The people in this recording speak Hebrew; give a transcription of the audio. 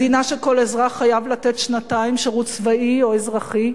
מדינה שכל אזרח חייב לתת שנתיים שירות צבאי או אזרחי,